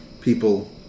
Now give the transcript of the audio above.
people